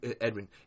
Edwin